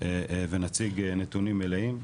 ונציג נתונים מלאים.